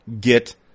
get